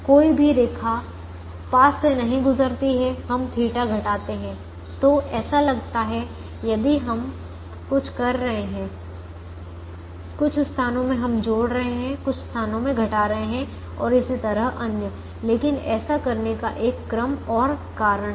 कोई भी रेखा पास से नहीं गुजरती है हम θ घटाते हैं तो ऐसा लगता है यदि हम कुछ कर रहे हैं कुछ स्थानों में हम जोड़ रहे हैं कुछ स्थानों में घटा रहे हैं और इसी तरह अन्य लेकिन ऐसा करने का एक क्रम और कारण है